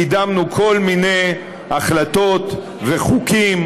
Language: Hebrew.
קידמנו כל מיני החלטות וחוקים,